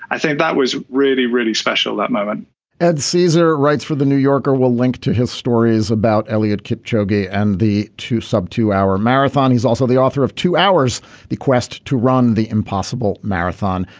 i think that was really really special that moment ed caesar writes for the new yorker will link to his stories about elliot kip joji and the two sub two hour marathon. he's also the author of two hours the quest to run the impossible marathon.